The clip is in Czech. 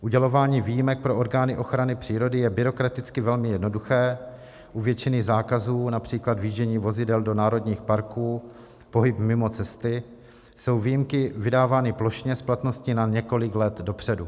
Udělování výjimek pro orgány ochrany přírody je byrokraticky velmi jednoduché, u většiny zákazů, například vjíždění vozidel do národních parků, pohyby mimo cesty jsou výjimky vydávány plošně s platností na několik let dopředu.